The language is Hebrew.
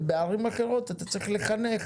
בערים אחרות אתה צריך לחנך